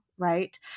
Right